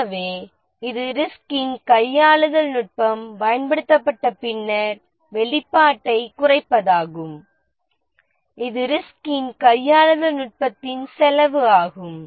எனவே இது ரிஸ்கின் கையாளுதல் நுட்பம் பயன்படுத்தப்பட்ட பின்னர் வெளிப்பாட்டைக் குறைப்பதாகும் இது ரிஸ்கின் கையாளுதல் நுட்பத்தின் செலவு ஆகும்